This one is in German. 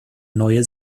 neue